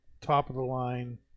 top-of-the-line